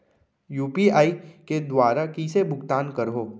UPI के दुवारा कइसे भुगतान करहों?